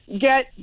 get